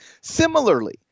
Similarly